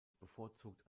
bevorzugt